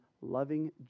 loving